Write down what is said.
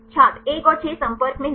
छात्र 1 और 6 संपर्क में नहीं